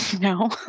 no